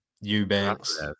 Eubanks